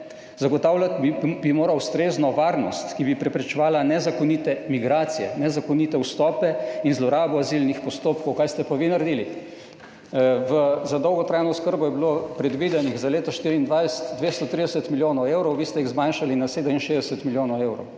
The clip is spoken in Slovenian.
Zagotavljati bi morali ustrezno varnost, ki bi preprečevala nezakonite migracije, nezakonite vstope in zlorabo azilnih postopkov. Kaj ste pa vi naredili? Za dolgotrajno oskrbo je bilo predvidenih za leto 2024 230 milijonov evrov, vi ste jih zmanjšali na 67 milijonov evrov.